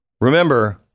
remember